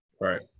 Right